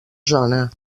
zona